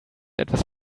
etwas